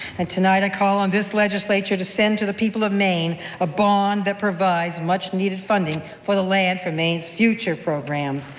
and tonight, i call on this legislature to send to the people of maine ah bond that provides much needed funding for the land for maine's future program.